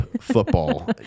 football